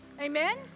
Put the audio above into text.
Amen